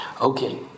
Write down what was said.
Okay